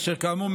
אשר כאמור,